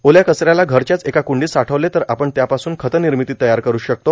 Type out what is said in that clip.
ओल्या कच याला घरच्याच एका कुंडीत साठवले तर आपण त्यापासून खर्तार्नामती तयार करू शकतो